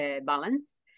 balance